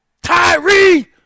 Tyree